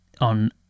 on